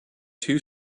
two